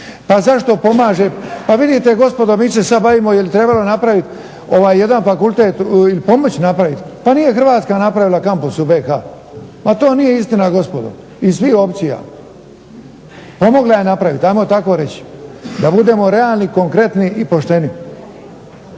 Pa zašto pomaže? Pa vidite gospodi, mi se sad bavimo je li trebalo napraviti jedan fakultet, pomoći napraviti. Pa nije Hrvatska napravila Kampus u BiH. Pa to nije istina gospodo iz svih opcija. Pomogla je napraviti hajmo tako reći, da budemo realni, konkretni i pošteni.